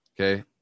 Okay